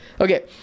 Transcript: okay